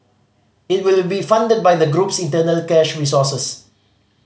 it will be funded by the group's internal cash resources